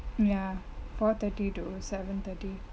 um ya four thirty to seven thirty